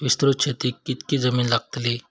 विस्तृत शेतीक कितकी जमीन लागतली?